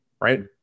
Right